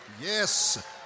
Yes